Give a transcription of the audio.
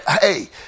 Hey